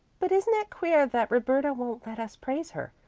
but isn't it queer that roberta won't let us praise her?